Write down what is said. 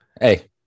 Hey